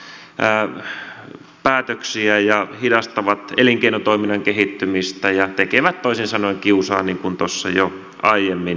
ne ainoastaan hidastavat päätöksiä ja hidastavat elinkeinotoiminnan kehittymistä ja tekevät toisin sanoen kiusaa niin kuin tuossa jo aiemmin totesin